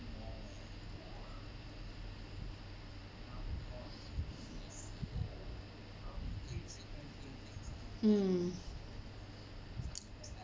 mm